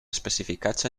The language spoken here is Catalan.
especificats